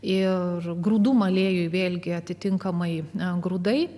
ir grūdų malėjui vėlgi atitinkamai ne grūdai